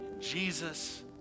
Jesus